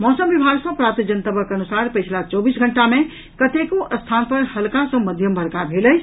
मौसम विभाग सॅ प्राप्त जनतबक अनुसार पछिला चौबीस घंटा मे कतेको स्थान पर हल्का सॅ मध्यम वर्षा भेल अछि